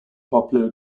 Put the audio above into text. popular